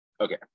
Okay